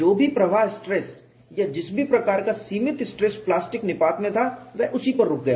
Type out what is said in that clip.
जो भी प्रवाह स्ट्रेस या जिस भी प्रकार का सीमित स्ट्रेस प्लास्टिक निपात में था वह उसी पर रुक गया